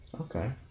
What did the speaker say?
Okay